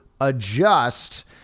adjust